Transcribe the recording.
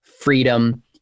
freedom